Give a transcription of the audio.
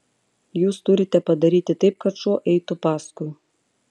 jūs turite padaryti taip kad šuo eitų paskui